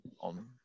on